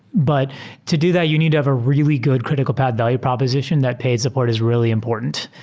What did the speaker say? but to do that, you need to have a really good critical path value propos ition that paid support is really important,